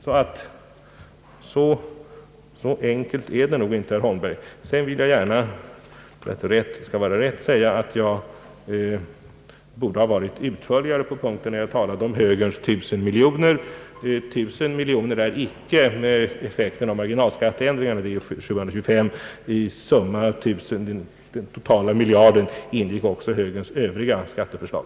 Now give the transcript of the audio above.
Så enkelt är det alltså inte, herr Holmberg. Sedan vill jag gärna, för att rätt skall vara rätt, säga att jag borde ha varit mera utförlig när jag talade om 1 000 miljoner kronor som inkomstbortfall till följd av högerns skatteförslag. 1090 miljoner är inte effekten av marginalskatteändringen, utan det är 725 miljoner. I den totala miljarden ingick också effekten av högerns övriga skatteförslag.